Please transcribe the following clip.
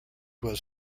was